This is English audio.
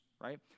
right